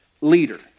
leader